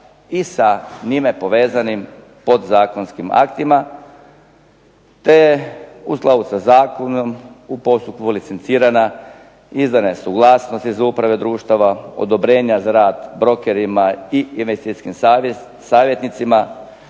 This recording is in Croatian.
i sa njime povezanim podzakonskim aktima, te u skladu sa zakonom u postupku licencirana, izdana je suglasnost iz uprave društava, odobrenja za rad brokerima i investicijskim savjetnicima,